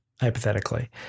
hypothetically